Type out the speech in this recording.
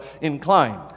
inclined